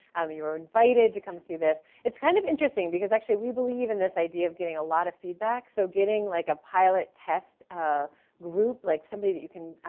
you are invited to come see this. it's kind of interesting because actually, we believe in this idea of getting a lot of feedback. so getting like a pilot test ah group, like somebody that you can,